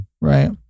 Right